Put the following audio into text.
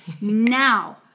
now